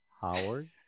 Howard